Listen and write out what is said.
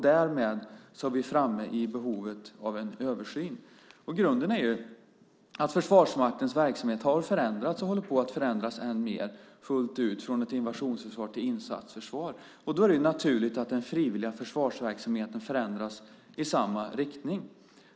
Därmed är vi framme vid behovet av en översyn. Grunden är att Försvarsmaktens verksamhet har förändrats och håller på att förändras än mer fullt ut från ett invasionsförsvar till insatsförsvar. Då är det naturligt att den frivilliga försvarsverksamheten förändras i samma riktning.